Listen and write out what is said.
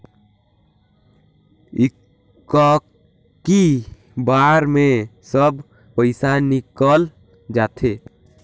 इक्की बार मे सब पइसा निकल जाते?